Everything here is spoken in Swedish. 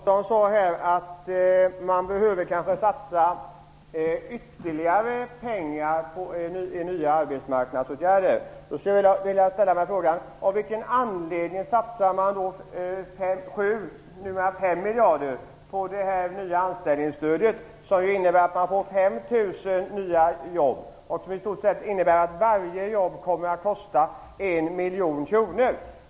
Herr talman! Hans Karlsson sade att man kanske behöver satsa ytterligare pengar på nya arbetsmarknadsåtgärder. Då skulle jag vilja ställa en fråga. Av vilken anledning satsar man då 7, eller numera 5, miljarder på de nya anställningsstödet? Det innebär ju att man får 5 000 nya jobb och att varje jobb kommer att kosta 1 miljon kronor.